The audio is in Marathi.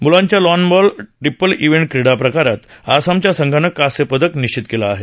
मुलांच्या लॉन बॉल ट्रीपल इव्हेंट क्रीडा प्रकारात आसामच्या संघानं कांस्य पदक निश्चित केलं आहे